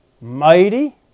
mighty